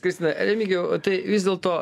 kristina remigijau tai vis dėlto